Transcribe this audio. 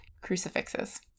crucifixes